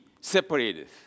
separated